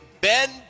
Ben